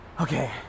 okay